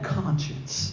conscience